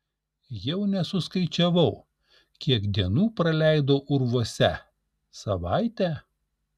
jau nesuskaičiavau kiek dienų praleidau urvuose savaitę